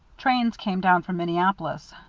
trains came down from minneapolis,